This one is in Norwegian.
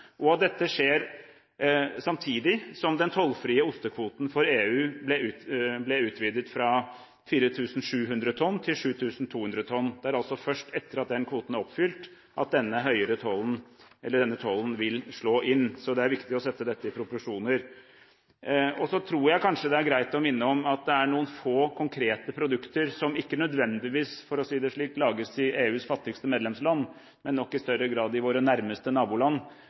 og dette skjer samtidig som den tollfrie ostekvoten for EU blir utvidet fra 4 700 tonn til 7 200 tonn. Det er altså først etter at den kvoten er oppfylt at denne tollen vil slå inn. Så det er viktig å se proporsjonene i dette. Så tror jeg kanskje det er greit å minne om at det handler om noen få konkrete produkter, som ikke nødvendigvis lages i EUs fattigste medlemsland – for å si det slik, men nok i større grad i våre nærmeste naboland.